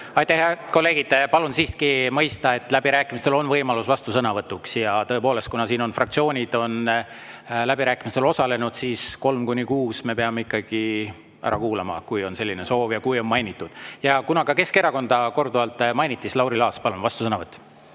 Aitäh! Head kolleegid, palun siiski mõista, et läbirääkimistel on võimalus vastusõnavõtuks. Ja tõepoolest, kuna siin fraktsioonid on läbirääkimistel osalenud, siis kolm kuni kuus vastusõnavõttu me peame ikkagi ära kuulama, kui on selline soov ja kui on kedagi mainitud. Ja kuna ka Keskerakonda korduvalt mainiti, siis Lauri Laats, palun, vastusõnavõtt!